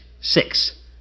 Six